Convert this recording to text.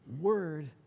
word